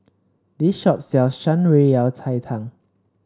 this shop sells Shan Rui Yao Cai Tang